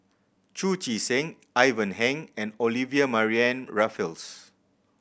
Chu Chee Seng Ivan Heng and Olivia Mariamne Raffles